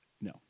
No